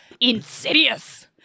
Insidious